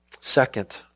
Second